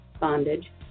bondage